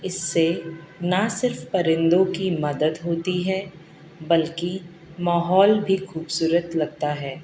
اس سے نہ صرف پرندوں کی مدد ہوتی ہے بلکہ ماحول بھی خوبصورت لگتا ہے